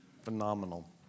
Phenomenal